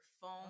phone